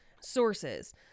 sources